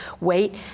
wait